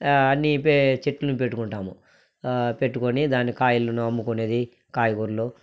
అన్నీ పే చెట్లు పెట్టుకుంటాము పెట్టుకొని దాని కాయలను అమ్ముకొనేది కాయగూరలు